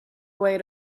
way